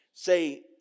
say